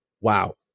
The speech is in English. Wow